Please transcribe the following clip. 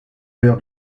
peur